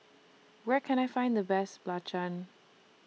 Where Can I Find The Best Belacan